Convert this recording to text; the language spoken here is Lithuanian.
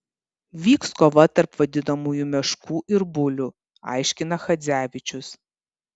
vyks kova tarp vadinamųjų meškų ir bulių aiškina chadzevičius